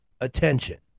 attention